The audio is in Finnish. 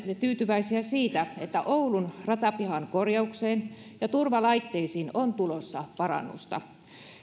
tyytyväisiä siitä että oulun ratapihan korjaukseen ja turvalaitteisiin on tulossa parannusta